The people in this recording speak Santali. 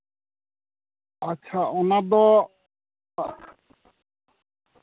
ᱟᱪᱪᱷᱟ ᱚᱱᱟᱫᱚ